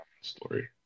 story